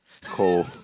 Cole